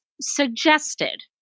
suggested